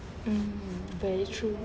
mm very true